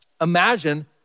Imagine